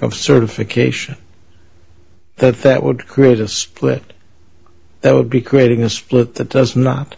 of certification but that would create a split that would be creating a split that does not